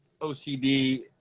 OCD